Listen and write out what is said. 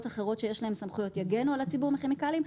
אחרות שיש להן סמכויות יגנו על הציבור מכימיקלים.